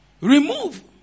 remove